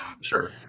Sure